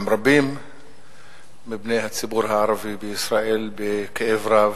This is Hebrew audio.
עם רבים מבני הציבור הערבי בישראל בכאב רב,